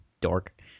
Dork